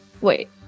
Wait